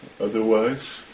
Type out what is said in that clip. otherwise